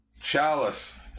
Chalice